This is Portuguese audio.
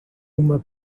uma